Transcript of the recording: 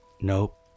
Nope